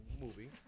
Movie